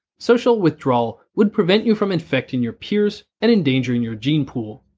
social withdrawal would prevent you from infecting your peers and endangering your gene pool.